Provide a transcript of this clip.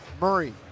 Murray